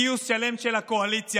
גיוס שלם של הקואליציה,